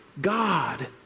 God